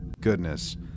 goodness